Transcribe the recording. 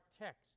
text